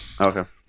okay